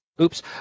oops